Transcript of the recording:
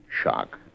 shock